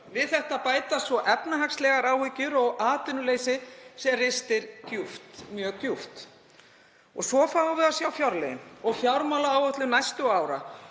Við það bætast svo efnahagslegar áhyggjur og atvinnuleysi sem ristir mjög djúpt. Svo fáum við að sjá fjárlögin og fjármálaáætlun næstu ára